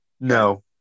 No